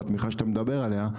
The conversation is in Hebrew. בעזרת התמיכה שאתה מדבר עליה,